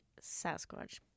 sasquatch